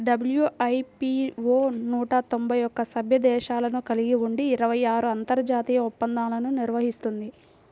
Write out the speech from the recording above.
WIPO నూట తొంభై ఒక్క సభ్య దేశాలను కలిగి ఉండి ఇరవై ఆరు అంతర్జాతీయ ఒప్పందాలను నిర్వహిస్తుంది